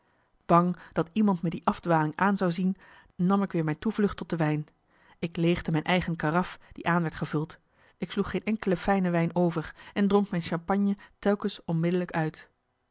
bang dat iemand me die afdwaling aan zou zien nam ik weer mijn toevlucht tot de wijn ik leegde mijn eigen karaf die aan werd gevuld ik sloeg geen enkele fijne wijn over en dronk mijn champagne telkens onmiddellijk uit